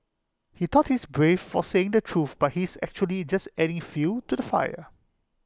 he thought he's brave for saying the truth but he's actually just adding fuel to the fire